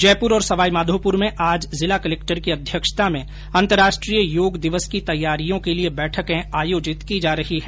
जयपुर और सवाईमाधोपुर में आज जिला कलक्टर की अध्यक्षता में अंतर्राष्ट्रीय योग दिवस की तैयारियों के लिये बैठके आयोजित की जा रही है